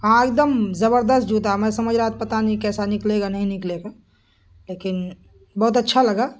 ہاں ایک دم زبردست جوتا میں سمجھا رہا پتا نہیں کیسا نکلے گا نہیں نکلے گا لیکن بہت اچھا لگا